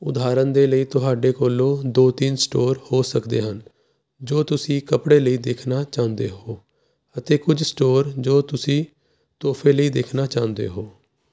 ਉਦਾਹਰਣ ਦੇ ਲਈ ਤੁਹਾਡੇ ਕੋਲੋਂ ਦੋ ਤਿੰਨ ਸਟੋਰ ਹੋ ਸਕਦੇ ਹਨ ਜੋ ਤੁਸੀਂ ਕੱਪੜੇ ਲਈ ਦੇਖਣਾ ਚਾਹੁੰਦੇ ਹੋ ਅਤੇ ਕੁਝ ਸਟੋਰ ਜੋ ਤੁਸੀਂ ਤੋਹਫ਼ੇ ਲਈ ਦੇਖਣਾ ਚਾਹੁੰਦੇ ਹੋ